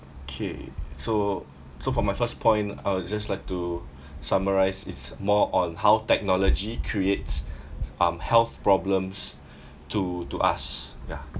okay so so for my first point I would just like to summarise it's more on how technology creates um health problems to to us ya